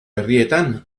herrietan